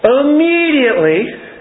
immediately